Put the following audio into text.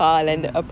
mm